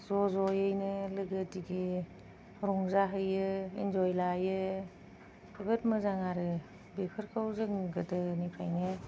ज' ज'यैनो लोगो दिगि रंजाहैयो एनजय लायो जोबोद मोजां आरो बेफोरखौ जों गोदोनिफ्रायनो